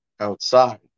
Outside